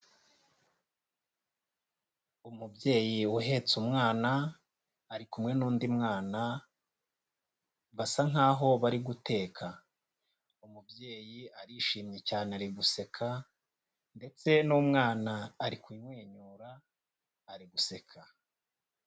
Umubyeyi uhetse umwana ari kumwe n'undi mwana, basa nk'aho bari guteka. Umubyeyi arishimye cyane, ari guseka ndetse n'umwana ari kumwenyura, ari guseka.